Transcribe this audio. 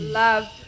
love